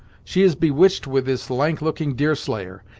she is bewitched with this lank-looking deerslayer,